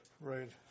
Right